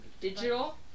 Digital